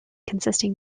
consisting